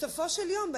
בסופו של יום,